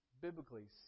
biblically